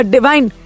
Divine